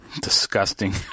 Disgusting